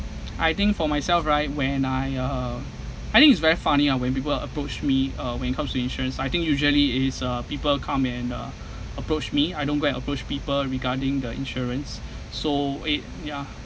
I think for myself right when I uh I think it's very funny ah when people approach me uh when it comes to insurance I think usually is uh people come and uh approach me I don't go and approach people regarding the insurance so it ya